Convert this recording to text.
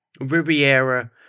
Riviera